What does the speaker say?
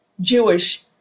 Jewish